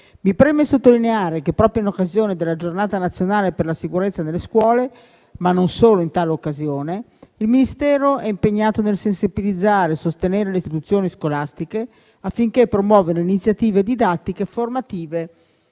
Mi preme sottolineare che, proprio in occasione della Giornata nazionale per la sicurezza nelle scuole, ma non solo in tale occasione, il Ministero è impegnato nel sensibilizzare e sostenere le istituzioni scolastiche affinché promuovano iniziative didattiche e formative